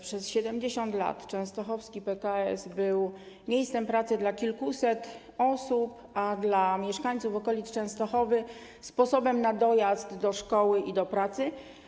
Przez 70 lat częstochowski PKS był miejscem pracy dla kilkuset osób, a dla mieszkańców okolic Częstochowy sposobem na dojazd do szkoły i do pracy.